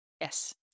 Yes